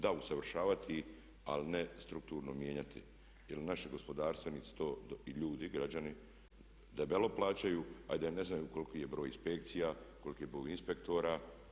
Da, usavršavati ali ne strukturno mijenjati jer naši gospodarstvenici to i ljudi, građani debelo plaćaju a da i ne znaju koliki je broj inspekcija, koliki je broj inspektora.